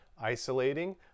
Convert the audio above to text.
isolating